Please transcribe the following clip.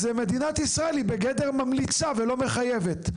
אז מדינת ישראל היא בגדר ממליצה ולא מחייבת.